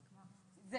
(מביטה אל המסך) זה